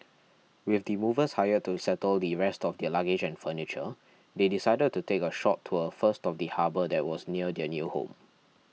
with the movers hired to settle the rest of their luggage and furniture they decided to take a short tour first of the harbour that was near their new home